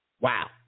Wow